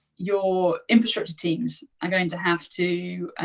your infrastructure teams are going to have to